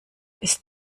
ist